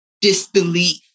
disbelief